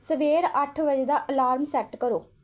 ਸਵੇਰ ਅੱਠ ਵਜੇ ਦਾ ਅਲਾਰਮ ਸੈੱਟ ਕਰੋ